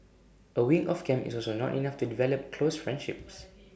A week of camp is also not enough to develop close friendships